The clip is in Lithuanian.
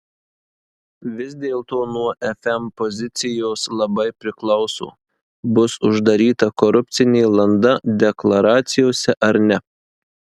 vis dėlto nuo fm pozicijos labai priklauso bus uždaryta korupcinė landa deklaracijose ar ne